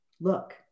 look